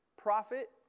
profit